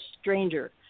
stranger